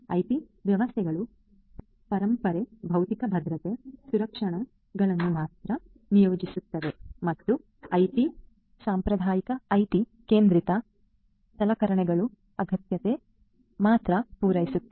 OT ವ್ಯವಸ್ಥೆಗಳು ಪರಂಪರೆ ಭೌತಿಕ ಭದ್ರತೆ ರಕ್ಷಣೆಗಳನ್ನು ಮಾತ್ರ ನಿಯೋಜಿಸುತ್ತವೆ ಮತ್ತು ಐಟಿ ಸಾಂಪ್ರದಾಯಿಕ ಐಟಿ ಕೇಂದ್ರಿತ ಸಲಕರಣೆಗಳ ಅಗತ್ಯತೆಗಳನ್ನು ಮಾತ್ರ ಪೂರೈಸುತ್ತದೆ